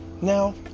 Now